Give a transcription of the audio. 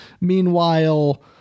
Meanwhile